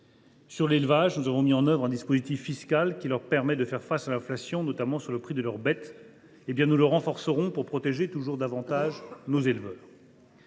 l’élevage, nous avons mis en œuvre un dispositif fiscal lui permettant de faire face à l’inflation, notamment en agissant sur le prix de leurs bêtes. Nous le renforcerons, pour protéger toujours davantage nos éleveurs.